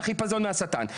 אבל, החיפזון מהשטן.